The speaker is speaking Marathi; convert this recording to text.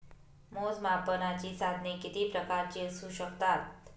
मोजमापनाची साधने किती प्रकारची असू शकतात?